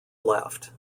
left